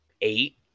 eight